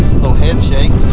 little head shake.